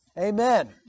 Amen